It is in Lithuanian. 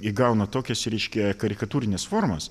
įgauna tokias reiškia karikatūrines formas